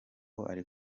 ari